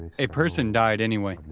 a person died anyway,